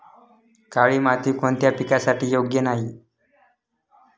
काळी माती कोणत्या पिकासाठी योग्य नाही?